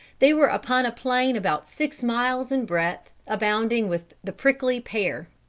they were upon a plain about six miles in breadth abounding with the prickly pear.